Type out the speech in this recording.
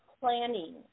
planning